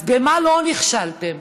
אז במה לא נכשלתם?